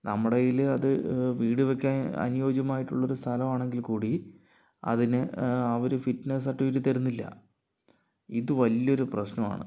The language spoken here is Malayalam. നമ്മുടെ കയ്യിലെ അത് വീട് വയ്ക്കാൻ അനുയോജ്യമായിട്ടുള്ള ഒരു സ്ഥലമാണെങ്കിൽക്കൂടി അതിന് അവർ ഫിറ്റ്നസ് സർട്ടിഫിക്കറ്റ് തരുന്നില്ല ഇത് വലിയ ഒരു പ്രശ്നമാണ്